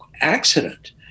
accident